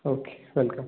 okay welcome